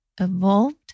evolved